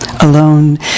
Alone